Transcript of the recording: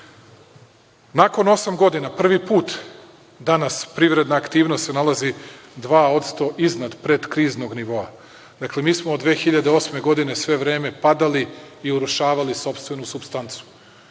osete. Nakon osam godina prvi put danas privredna aktivnost se nalazi 2% iznad predkriznog nivoa, dakle, mi smo od 2008. godine sve vreme padali i urušavali sopstvenu supstancu.